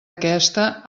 aquesta